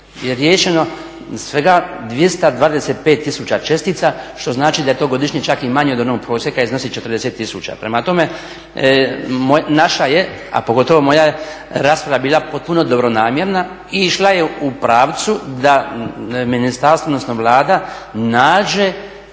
je riješeno svega 225 tisuća čestica što znači da je to godišnje čak i manje od onog prosjeka iznosi 40 tisuća. Prema tome, naša je, a pogotovo moja rasprava bila potpuno dobronamjerna i išla je u pravcu da ministarstvo odnosno Vlada nađe